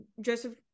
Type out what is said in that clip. Joseph